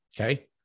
okay